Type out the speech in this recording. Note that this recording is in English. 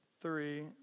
three